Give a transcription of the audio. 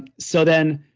so then,